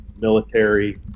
Military